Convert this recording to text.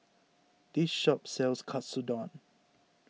this shop sells Katsudon